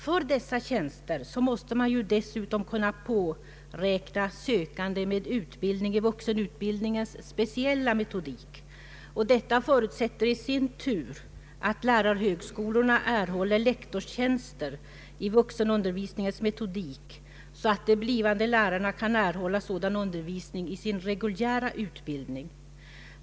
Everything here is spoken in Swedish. För dessa tjänster erfordras dessutom lärare med utbildning i vuxenundervisningens speciella meto dik. Det förutsätter i sin tur att lärarhögskolorna erhåller lektorstjänster i vuxenundervisningens metodik, så att de blivande lärarna kan få sådan undervisning i sin reguljära utbildning.